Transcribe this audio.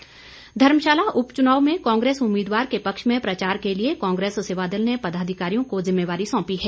सेवादल धर्मशाला उपचुनाव में कांग्रेस उम्मीदवार के पक्ष में प्रचार के लिए कांग्रेस सेवादल ने पदाधिकारियों को जिम्मेवारी सौंपी है